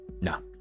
No